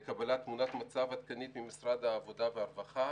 קבלת תמונת מצב עדכנית ממשרד העבודה, הרווחה